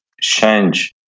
change